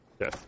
Yes